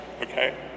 Okay